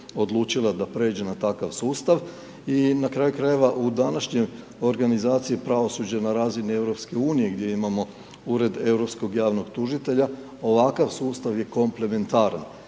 da pređe na takav sustav i na kraju krajeva u današnjoj organizaciji pravosuđe na razini EU gdje imamo Ured europskog javnog tužitelja, ovakav sustav je komplementaran.